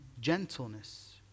gentleness